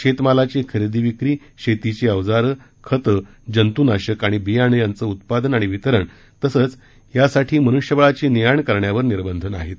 शेतमालाची खरेदी विक्री शेतीची अवजारे खत जंतुनाशक आणि बियाणं यांचं उत्पादन आणि वितरण तसंच यासाठी मनुष्यबळाची ने आण करण्यावर निर्बंध नाहित